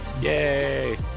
Yay